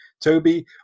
Toby